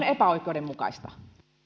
epäoikeudenmukaista